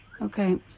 Okay